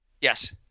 Yes